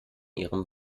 ihrem